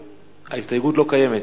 ההסתייגות לא קיימת.